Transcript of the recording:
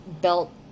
belt